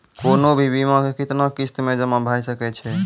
कोनो भी बीमा के कितना किस्त मे जमा भाय सके छै?